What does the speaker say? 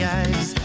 eyes